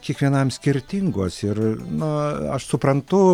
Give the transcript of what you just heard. kiekvienam skirtingos ir na aš suprantu